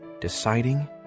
deciding